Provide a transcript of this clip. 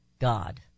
God